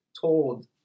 told